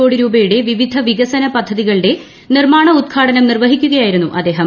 കോടി രൂപയുടെ വിവിധ വികസനപദ്ധതികളുടെ നിർമ്മാണ ഉദ്ഘാടനം നിർവ്വഹിക്കുകയായിരുന്നു അദ്ദേഹം